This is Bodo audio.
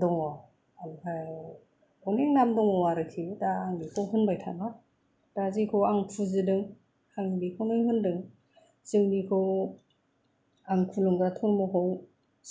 दङ ओमफाय अनेख नाम दङ आरोखि दा बेखौ होनबाय थाला दा जेखौ आं फुजिदों आं बेखौनो होन्दों जोंनिखौ आं खुलुमग्रा धर्मखौ